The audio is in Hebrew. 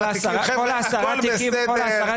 הכול בסדר.